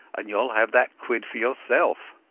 and youall have that quid for yourself